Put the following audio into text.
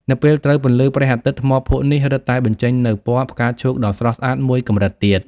នៅពេលត្រូវពន្លឺព្រះអាទិត្យ ថ្មភក់នេះរឹតតែបញ្ចេញនូវពណ៌ផ្កាឈូកដ៏ស្រស់ស្អាតមួយកម្រិតទៀត។